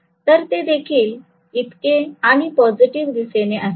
तर ते देखील इतके आणि पॉझिटिव्ह दिशेने असेल